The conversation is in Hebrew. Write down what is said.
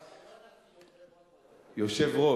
יושב-ראש.